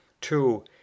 two